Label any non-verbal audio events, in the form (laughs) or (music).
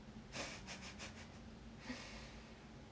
(laughs)